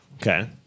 Okay